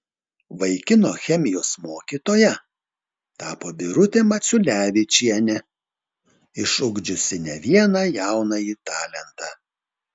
vaikino chemijos mokytoja tapo birutė maciulevičienė išugdžiusi ne vieną jaunąjį talentą